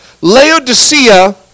Laodicea